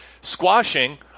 squashing